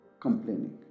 complaining